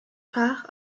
fach